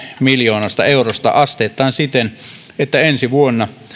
miljoonasta eurosta asteittain siten että ensi vuonna